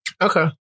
Okay